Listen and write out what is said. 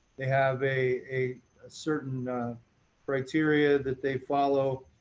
they have a a certain criteria that they follow,